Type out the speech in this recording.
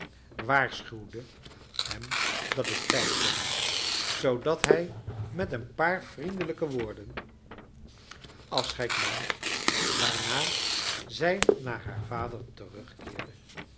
waarschuwden hem dat het tijd werd zoodat hij met een paar vriendelijke woorden afscheid nam waarna zij naar haa r vader terugkeerde